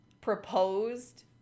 proposed